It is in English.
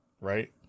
Right